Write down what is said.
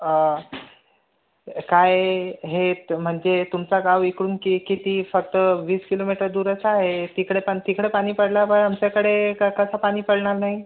काय आहे हे तर म्हणजे तुमचा गाव इकडून की किती फक्त वीस किलोमीटर दूरच आहे तिकडे पण तिकडं पाणी पडला बा आमच्याकडे का कसं पाणी पडणार नाही